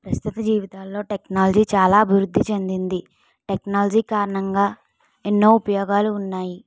ప్రస్తుత జీవితంలో టెక్నాలజీ చాలా అభివృద్ధి చెందింది టెక్నాలజీ కారణంగా ఎన్నో ఉపయోగాలు ఉన్నాయి